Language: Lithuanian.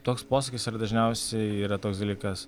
toks posakis ar dažniausiai yra toks dalykas